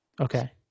Okay